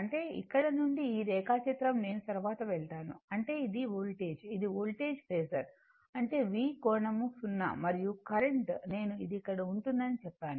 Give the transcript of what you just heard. అంటే ఇక్కడ నుండి ఈ రేఖాచిత్రం నేను తరువాత వెళ్తాను అంటే ఇది వోల్టేజ్ ఇది వోల్టేజ్ ఫేసర్ అంటే V కోణం 0 మరియు కరెంట్ నేను ఇది ఇక్కడ ఉంటుందని చెప్పాను